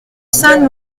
saint